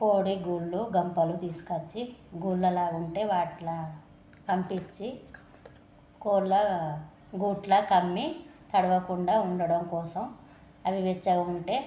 కోడి గూళ్ళు గంపలు తీసుకచ్చి గూళ్ళలా ఉంటే వాట్ల పంపిచ్చి కోళ్ళ గుట్లా కమ్మి తడవకుండా ఉండడం కోసం అవి వెచ్చగుంటే